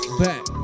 back